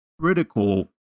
critical